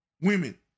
women